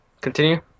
continue